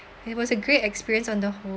it was a great experience on the whole